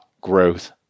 growth